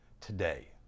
today